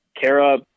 Kara